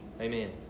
Amen